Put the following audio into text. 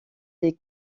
les